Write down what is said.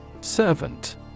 Servant